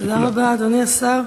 תודה רבה, אדוני השר.